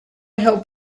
help